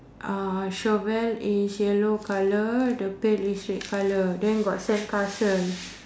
uh shovel is yellow colour the pail is red colour then got sandcastle